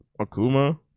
Akuma